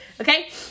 Okay